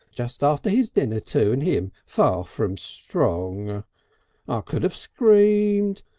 just after his dinner too and him far from strong. i could have screamed.